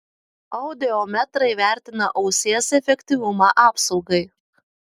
audiometrai vertina ausies efektyvumą apsaugai